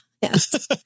yes